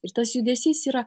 ir tas judesys yra